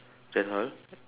that's all